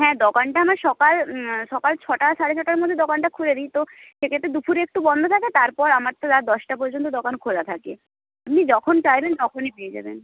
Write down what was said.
হ্যাঁ দোকানটা আমার সকাল সকাল ছটা সাড়ে ছটার মধ্যে দোকানটা খুলে দিই তো সেক্ষেত্রে দুপুরে একটু বন্ধ থাকে তারপর আমার তো রাত দশটা পর্যন্ত দোকান খোলা থাকে আপনি যখন চাইবেন তখনই পেয়ে যাবেন